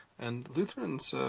and lutherans